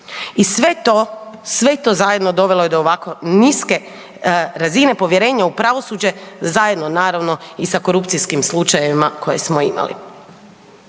I sve to zajedno, dovelo je do ovako niske razine povjerenja u pravosuđe zajedno naravno i sa korupcijskih slučajevima koje smo imali.